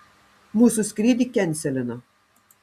mūsų skrydį kenselino